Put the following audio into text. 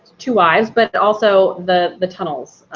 two wives, but also the the tunnels.